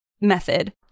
method